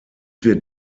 wird